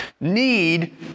need